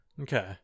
Okay